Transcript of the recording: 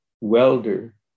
welder